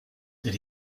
did